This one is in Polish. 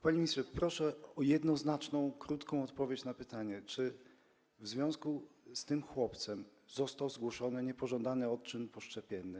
Panie ministrze, proszę o jednoznaczną, krótką odpowiedź na pytanie, czy w związku ze sprawą tego chłopca został zgłoszony niepożądany odczyn poszczepienny.